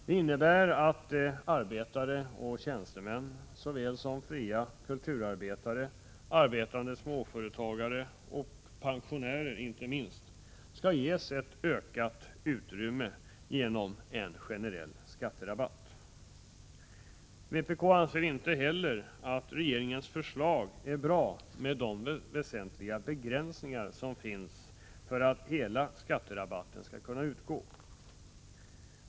Det innebär att arbetare och tjänstemän såväl som fria kulturarbetare, arbetande småföretagare och inte minst pensionärer skall ges ett ökat utrymme genom en generell skatterabatt. Vpk anser inte heller att regeringens förslag är bra med de väsentliga begränsningar som finns för att hela skatterabatten skall kunna utgå.